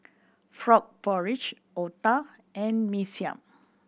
frog porridge otah and Mee Siam